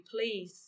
please